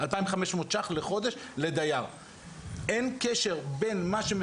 חובתנו החוקית לתת טיפול